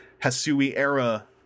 Hasui-era